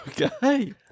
Okay